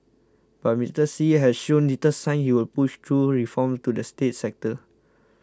but Mister Xi has shown little sign he will push through reforms to the state sector